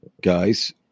guys